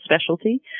specialty